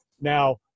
Now